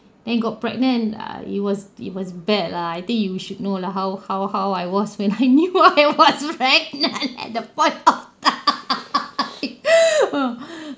then got pregnant err it was it was bad lah I think you should know lah how how how I was when I knew I was pregnant at that point of time